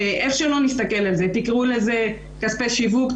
איך שלא נסתכל על זה תקראו לזה כספי שיווק,